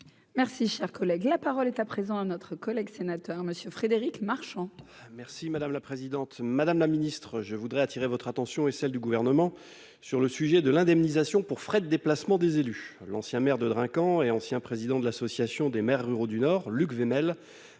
Merci, cher collègue, la parole est à présent à notre collègue sénateur Monsieur Frédéric Marchand. Merci madame la présidente, madame la Ministre, je voudrais attirer votre attention et celle du gouvernement sur le sujet de l'indemnisation pour frais de déplacement des élus, l'ancien maire de drinks quand et ancien président de l'Association des maires ruraux du nord Luc m'a